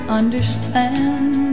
understand